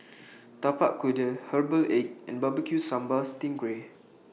Tapak Kuda Herbal Egg and Barbecue Sambal Sting Ray